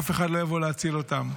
אף אחד לא יבוא להציל אותם,